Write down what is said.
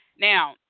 Now